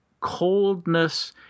coldness